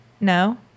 no